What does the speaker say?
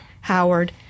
Howard